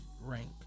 rank